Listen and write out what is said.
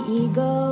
ego